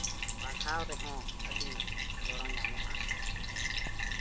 ᱯᱟᱲᱦᱟᱣ ᱨᱮᱦᱚᱸ ᱟᱹᱰᱤ ᱜᱚᱲᱚ ᱧᱟᱢᱚᱜᱼᱟ